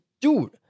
dude